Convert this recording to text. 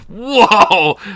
Whoa